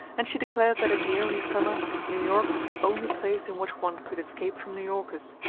and she declared that in the early summer new york was the only place in which one could escape from new yorkers.